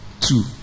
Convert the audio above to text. two